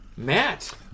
Matt